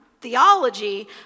theology